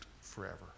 forever